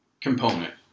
component